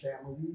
family